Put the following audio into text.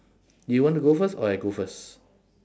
you want to go first or I go first